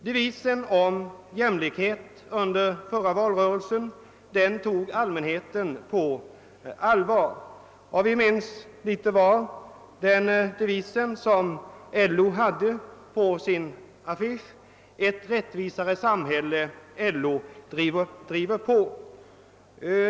Devisen om jämlikhet under förra valrörelsen tog allmänheten på allvar, och vi minns litet var den devis som LO hade på sin affisch: Ett rättvisare samhälle — LO driver på.